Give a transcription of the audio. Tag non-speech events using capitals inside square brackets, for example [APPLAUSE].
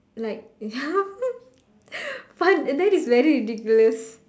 like [LAUGHS] fun eh that is very ridiculous